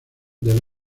debe